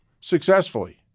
successfully